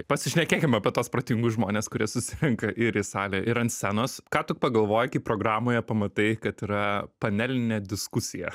pasišnekėkim apie tuos protingus žmones kurie susirenka ir į salę ir ant scenos ką tu pagalvoji kaip programoje pamatai kad yra panelinė diskusija